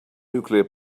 nuclear